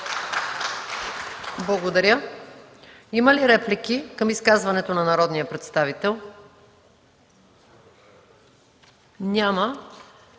Благодаря. Има ли желаещи за реплики към изказването на народния представител? Няма.